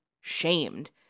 shamed